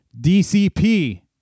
dcp